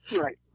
Right